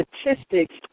statistics